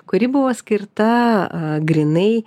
kuri buvo skirta grynai